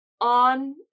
on